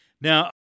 Now